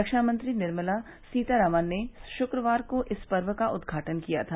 रक्षा मंत्री निर्मला सीतारामन ने शुक्रवार को इस पर्व का उद्घाटन किया था